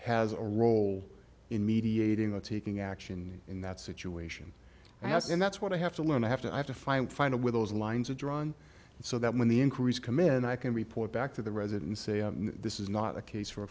has a role in mediating the taking action in that situation and has and that's what i have to learn i have to i have to find find a way those lines are drawn so that when the increase commit and i can report back to the residents say this is not a case for